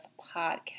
podcast